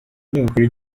kinyamakuru